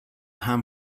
ham